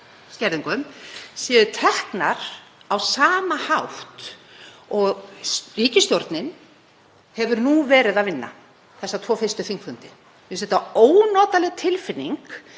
skerðingum, séu teknar á sama hátt og ríkisstjórnin hefur nú verið að vinna, þessa tvo fyrstu þingfundi. Mér finnst það ónotaleg tilfinning